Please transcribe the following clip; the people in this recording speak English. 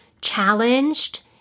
challenged